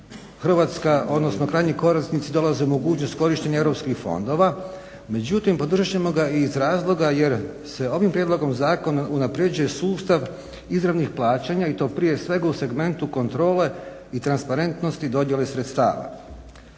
ovog zakona krajnji korisnici dolaze u mogućnost korištenja eu fondova, međutim podržat ćemo ga iz razloga što se ovim prijedlogom zakona unapređuje sustav izravnih plaćanja i to prije svega u segmentu kontrole i transparentnosti dodjele sredstava.